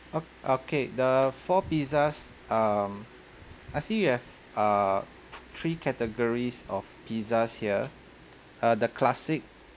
o~ okey the four pizzas um I see you have uh three categories of pizzas here uh the classic